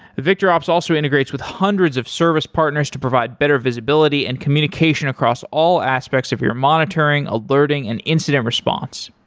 victorops also integrates with hundreds of service partners to provide provide better visibility and communication across all aspects of your monitoring, alerting and incident response.